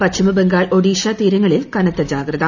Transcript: പശ്ചിമബംഗാൾ ഒഡീഷ തീരങ്ങളിൽ കനത്ത ജാഗ്രത